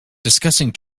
discussing